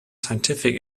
scientific